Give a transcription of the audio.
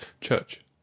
Church